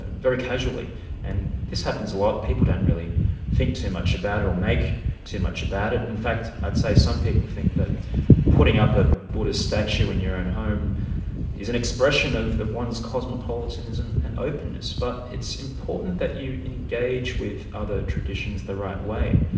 and very casually and this happens a lot, people don't really think too much about it or make too much about it. in fact i'd say some people think that putting up a buddhist statue in your own home is an expression of of one's cosmopolitanism and openness. but it's important that you engage with other traditions the right way.